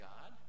God